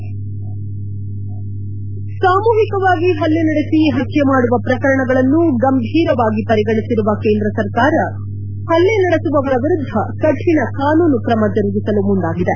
head ಸಾಮೂಹಿಕವಾಗಿ ಪಲ್ಲೆ ನಡೆಸಿ ಹತ್ಲೆ ಮಾಡುವ ಪ್ರಕರಣಗಳನ್ನು ಗಂಭೀರವಾಗಿ ಪರಿಗಣಿಸಿರುವ ಕೇಂದ್ರ ಸರಕಾರ ಹಲ್ಲೆ ನಡೆಸುವವರ ವಿರುದ್ದ ಕಠಿಣ ಕಾನೂನು ಕ್ರಮ ಜರುಗಿಸಲು ಮುಂದಾಗಿದೆ